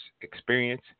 experience